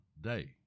day